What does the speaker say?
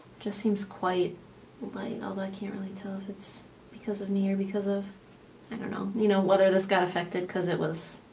just seems quite light, although i can't really tell if it's because of me or because i don't know you know whether this got affected because it was